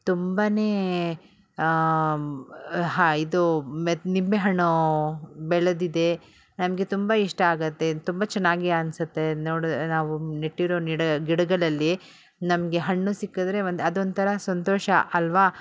ತುಂಬ ಹಾ ಇದು ಮತ್ ನಿಂಬೆ ಹಣ್ಣು ಬೆಳೆದಿದೆ ನಮಗೆ ತುಂಬ ಇಷ್ಟ ಆಗುತ್ತೆ ತುಂಬ ಚೆನ್ನಾಗಿ ಅನ್ಸುತ್ತೆ ನೋಡಿ ನಾವು ನೆಟ್ಟಿರೋ ನಿಡಾ ಗಿಡಗಳಲ್ಲಿ ನಮಗೆ ಹಣ್ಣು ಸಿಕ್ಕಿದ್ರೆ ಒಂದು ಅದೊಂಥರ ಸಂತೋಷ ಅಲ್ವಾ